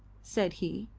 said he.